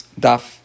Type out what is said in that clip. Daf